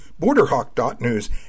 Borderhawk.news